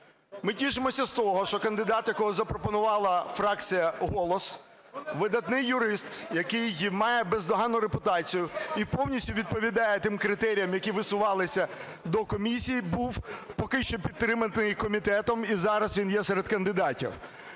Ми тішимося з того, що кандидат, якого запропонувала фракція "Голос", видатний юрист, який має бездоганну репутацію і повністю відповідає тим критеріям, які висувалися до комісії, був поки що підтриманий комітетом і зараз він є серед кандидатів.